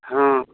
हँ